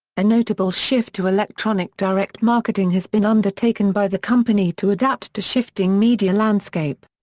a notable shift to electronic direct marketing has been undertaken by the company to adapt to shifting media landscape.